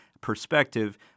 perspective